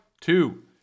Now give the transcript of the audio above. Two